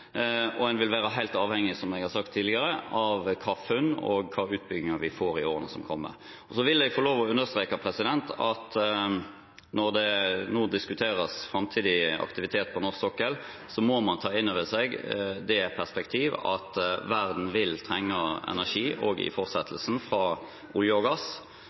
og en vil være helt avhengig, som jeg har sagt tidligere, av kraftfunn og hvilke utbygginger vi får i årene som kommer. Så vil jeg få lov til å understreke at når det nå diskuteres framtidig aktivitet på norsk sokkel, må man ta innover seg det perspektivet at verden vil trenge energi fra olje og gass også i